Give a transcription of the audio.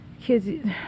kids